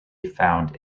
found